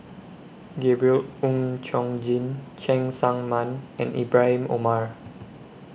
Gabriel Oon Chong Jin Cheng Tsang Man and Ibrahim Omar